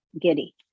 giddy